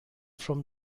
from